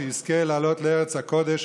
שיזכה לעלות לארץ הקודש.